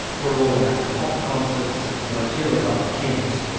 were all about pop concerts and flotillas up the thames,